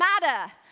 matter